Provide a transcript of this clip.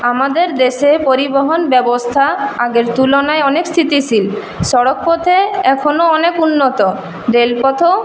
আমাদের দেশে পরিবহন ব্যবস্থা আগের তুলনায় অনেক স্থিতিশীল সড়ক পথ এখন অনেক উন্নত রেলপথও